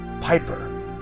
piper